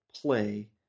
play